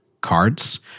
cards